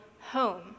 home